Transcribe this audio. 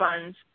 funds